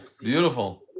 beautiful